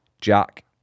jack